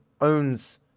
owns